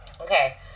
Okay